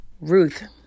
Ruth